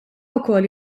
wkoll